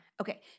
Okay